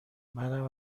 منم